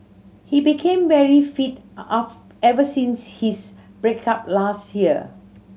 he became very fit ever since his break up last year